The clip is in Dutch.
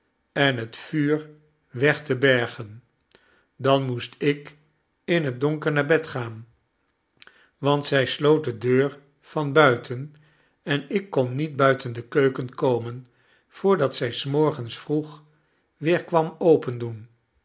en het vuur weg te bergen dan moest ik in het donker naar bed gaan want zij sloot de deur van buiten en ik kon niet buiten de keuken komen voordat zij s morgens vroeg weer kwam opendoen